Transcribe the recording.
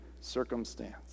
circumstance